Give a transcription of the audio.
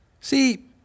See